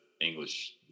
English